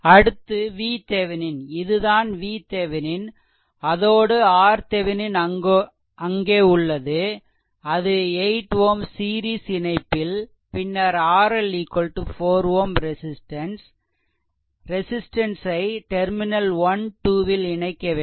அடுத்து VThevenin இதுதான் VThevenin அதோடு RThevenin அங்கே உள்ளது அது 8 Ω சீரிஸ்சீரிஸ் இணைப்பில் பின்னர் RL 4 Ω ரெசிஸ்ட்டன்ஸ் ஐ டெர்மினல் 12 ல் இணைக்க வேண்டும்